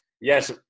Yes